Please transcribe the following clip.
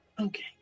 okay